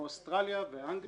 מאוסטרליה ואנגליה וקנדה.